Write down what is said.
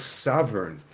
sovereign